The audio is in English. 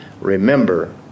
remember